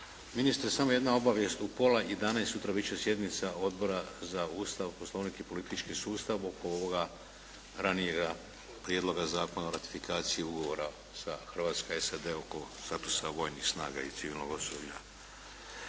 Ministre samo jedna obavijest u pola 11 sutra bit će sjednica Odbora za Ustav, Poslovnik i politički sustav oko ovoga ranijega prijedloga Zakona o ratifikaciji ugovora sa Hrvatska- SAD-e oko statusa vojnih snaga i civilnog osoblja.